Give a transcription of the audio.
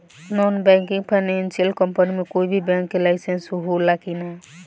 Non banking financial company मे कोई भी बैंक के लाइसेन्स हो ला कि ना?